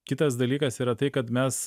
kitas dalykas yra tai kad mes